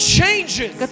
changes